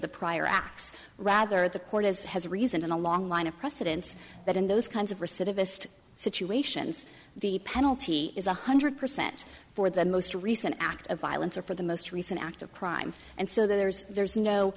the prior acts rather the court as has a reason and a long line of precedents that in those kinds of recidivist situations the penalty is one hundred percent for the most recent act of violence or for the most recent act of crime and so there's there's no